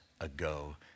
ago